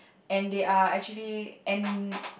and they are actually and